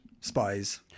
spies